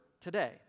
today